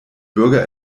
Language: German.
bürger